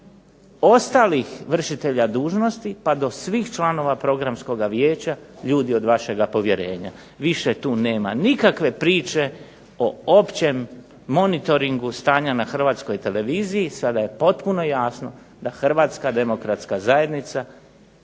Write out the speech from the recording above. ostalih vršitelja dužnosti, pa do svih članova programskog vijeća ljudi od vašega povjerenja. Više tu nema nikakve priče o općem monitoringu stanja na Hrvatskoj televiziji, sada je potpuno jasno da HDZ 1/1 odgovara ne